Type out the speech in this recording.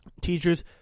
teachers